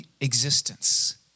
existence